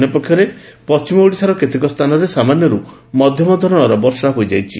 ଅନ୍ୟପକ୍ଷରେ ପଣ୍ଟିମ ଓଡ଼ିଶାର କେତେକ ସ୍ଥାନରେ ସାମାନ୍ୟରୁ ମଧ୍ଧମ ଧରଶର ବର୍ଷା ହୋଇଯାଇଛି